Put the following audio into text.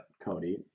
Cody